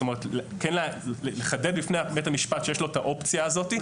זאת אומרת כן לחדד בפני בית המשפט שיש לו את האופציה הזאת.